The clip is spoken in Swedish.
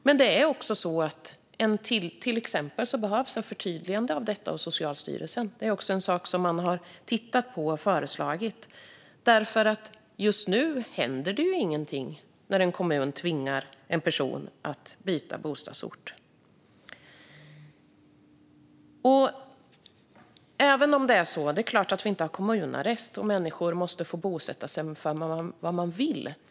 Men Socialstyrelsen behöver också ett förtydligande om detta. Det är något man tittat på och föreslagit. Just nu händer ingenting när en kommun tvingar en person att byta bostadsort. Vi har såklart inte kommunarrest, och människor måste få bosätta sig var de vill.